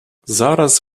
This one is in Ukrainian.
зараз